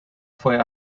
fue